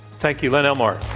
thank you, len elmore.